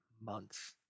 months